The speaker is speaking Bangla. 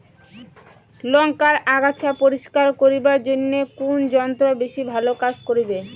লংকার আগাছা পরিস্কার করিবার জইন্যে কুন যন্ত্র বেশি ভালো কাজ করিবে?